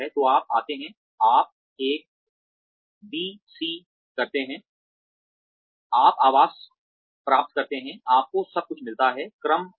तो आप आते हैं आप एक बी सी करते हैं आप आवास प्राप्त करते हैं आपको सब कुछ मिलता है क्रम में